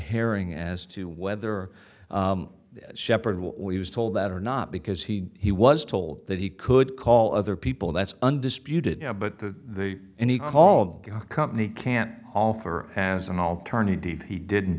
herring as to whether shepherd we was told that or not because he was told that he could call other people that's undisputed now but the and he called the company can't offer as an alternative he didn't